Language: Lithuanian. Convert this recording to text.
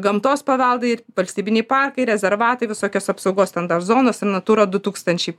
gamtos paveldai ir valstybiniai parkai rezervatai visokios apsaugos ten ar zonos ir natūrą du tūkstančiai